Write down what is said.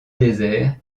désert